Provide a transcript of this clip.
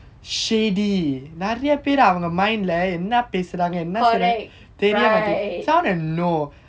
correct